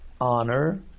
honor